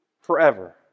forever